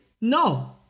No